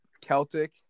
Celtic